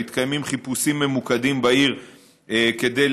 מתקיימים חיפושים ממוקדים בעיר כדי